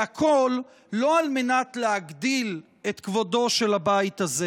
והכול לא על מנת להגדיל את כבודו של הבית הזה